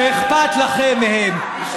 שאכפת לכם מהם אדוני,